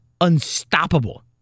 unstoppable